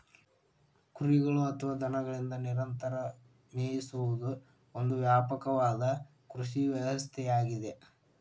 ಕುರಿಗಳು ಅಥವಾ ದನಗಳಿಂದ ನಿರಂತರ ಮೇಯಿಸುವುದು ಒಂದು ವ್ಯಾಪಕವಾದ ಕೃಷಿ ವ್ಯವಸ್ಥೆಯಾಗಿದೆ